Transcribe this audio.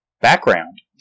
background